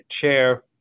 chair